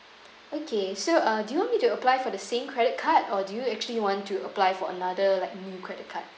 okay sir uh do you want me to apply for the same credit card or do you actually want to apply for another like new credit card